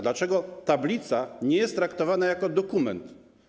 Dlaczego tablica nie jest traktowana jako dokument?